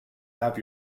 have